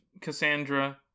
Cassandra